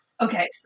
Okay